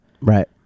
Right